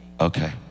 Okay